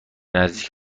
نزدیک